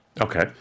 Okay